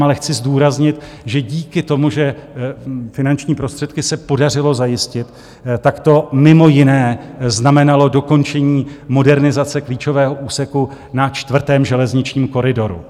Ale chci zdůraznit, že díky tomu, že finanční prostředky se podařilo zajistit, tak to mimo jiné znamenalo dokončení modernizace klíčového úseku na čtvrtém železničním koridoru.